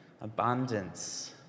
abundance